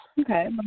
Okay